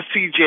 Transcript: CJ